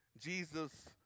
Jesus